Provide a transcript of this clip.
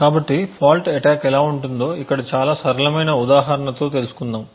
కాబట్టి fault attack ఎలా ఉంటుందో ఇక్కడ చాలా సరళమైన ఉదాహరణతో తెలుసుకుందాము